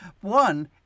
One